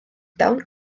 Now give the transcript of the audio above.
down